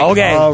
Okay